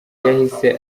yahise